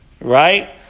right